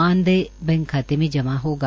मानदेय बैंक खाते में जमा होगा